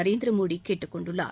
நரேந்திர மோடி கேட்டுக் கொண்டுள்ளார்